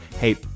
hey